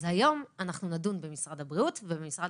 היום אנחנו נדון במשרד הבריאות ובמשרד